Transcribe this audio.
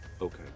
Okay